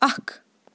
اَکھ